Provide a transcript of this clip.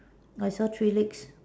I saw three legs